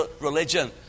religion